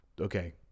okay